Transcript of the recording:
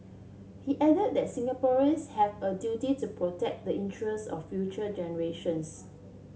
he added that Singaporeans have a duty to protect the interest of future generations